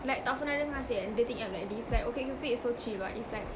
like tak pernah dengar seh a dating app like this like OkCupid is so chill [what] it's like